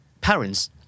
parents